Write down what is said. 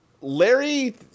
Larry